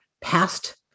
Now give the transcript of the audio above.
past